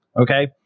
okay